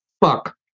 Fuck